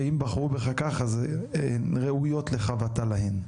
שאם בחרו בך כך, אז הן ראויות לך ואתה להן.